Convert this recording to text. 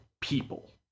people